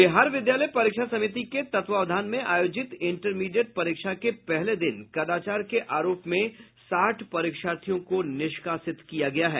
बिहार विद्यालय परीक्षा समिति के तत्वावधान में आयोजित इंटरमीडिएट परीक्षा के पहले दिन कदाचार के आरोप में साठ परीक्षार्थियों को निष्कासित किया गया है